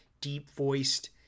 deep-voiced